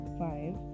five